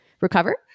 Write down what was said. recover